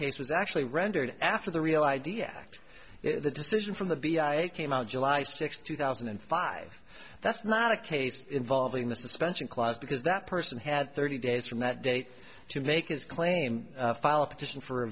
case was actually rendered after the real i d act the decision from the b i came out july sixth two thousand and five that's not a case involving the suspension clause because that person had thirty days from that date to make his claim file a petition for